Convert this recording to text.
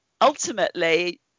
ultimately